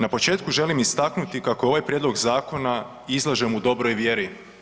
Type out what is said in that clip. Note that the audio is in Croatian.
Na početku želim istaknuti kako ovaj prijedlog zakona izlažem u dobroj vjeri.